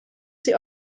sie